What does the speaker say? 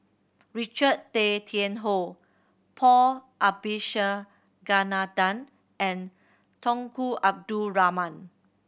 Richard Tay Tian Hoe Paul Abisheganaden and Tunku Abdul Rahman